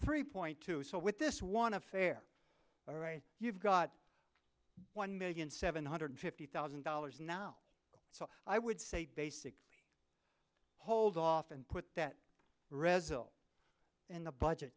three point two so with this one affair all right you've got one million seven hundred fifty thousand dollars now so i would say basically hold off and put that result in the budget